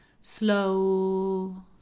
slow